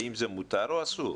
האם זה מותר או אסור?